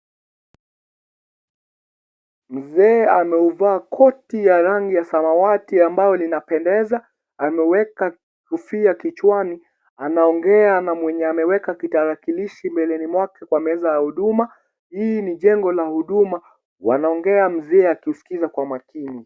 Mzee ameuvaa koti ya rangi ya samawati ambalo linapendeza. Ameweka kofia kichwani, anaongea na mwenye ameweka kitarakilishi mbeleni mwake kwa meza wa Huduma. Hii ni jengo la huduma. Wanaongea Mzee akimsikiliza kwa makini.